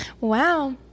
Wow